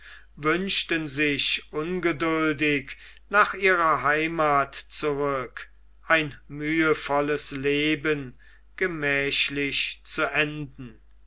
wünschten sich ungeduldig nach ihrer heimath zurück ein mühevolles leben gemächlich zu enden